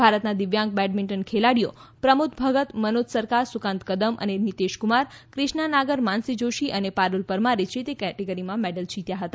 ભારતના દિવ્યાંગ બેડમિન્ટન ખેલાડીઓ પ્રમોદ ભગત મનોજ સરકાર સુકાંત કદમ અને નિતેશ કુમાર ક્રિષ્ના નાગર માનશી જોષી અને પારૂલ પરમારે જે તે કેટેગરીમાં મેડલ જીત્યા હતા